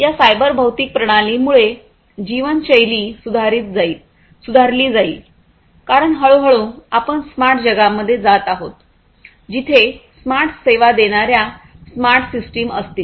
या सायबर भौतिक प्रणालीमुळे जीवनशैली सुधारली जाईल कारण हळूहळू आपण स्मार्ट जगामध्ये जात आहोत जिथे स्मार्ट सेवा देणाऱ्या स्मार्ट सिस्टम असतील